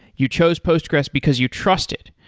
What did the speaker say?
you chose postgressql because you trust it.